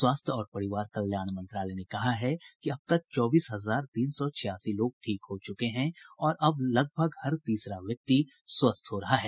स्वास्थ्य और परिवार कल्याण मंत्रालय ने कहा है कि अब तक चौबीस हजार तीन सौ छियासी लोग ठीक हो चुके हैं और अब लगभग हर तीसरा व्यक्ति स्वस्थ हो रहा है